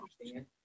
understand